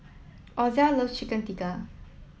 Ozell loves Chicken Tikka